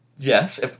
Yes